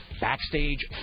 backstage